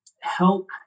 help